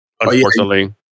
unfortunately